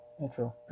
Intro